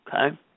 Okay